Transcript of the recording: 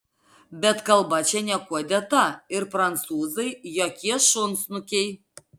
bet kalba čia niekuo dėta ir prancūzai jokie šunsnukiai